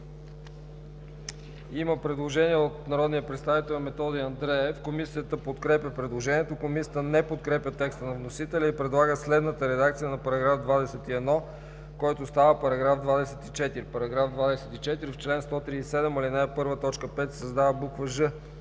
има предложение от народния представител Методи Андреев. Комисията подкрепя предложението. Комисията не подкрепя текста на вносителя и предлага следната редакция на § 21, който става § 24: „§ 24. В чл. 137, ал. 1, т. 5 се създава буква